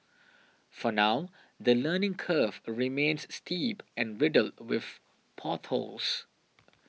for now the learning curve remains steep and riddled with potholes